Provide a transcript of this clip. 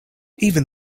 even